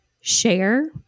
share